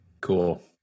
Cool